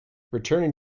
returning